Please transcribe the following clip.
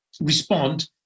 respond